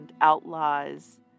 outlaws